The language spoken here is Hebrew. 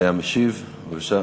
המשיב, בבקשה,